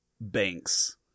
Banks